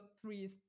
three